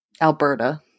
Alberta